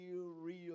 real